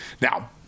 Now